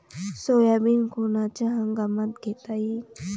Soybean कोनच्या हंगामात घेता येईन?